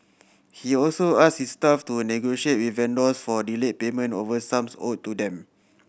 he also asked his staff to negotiate with vendors for delayed payment of sums owed to them